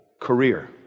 career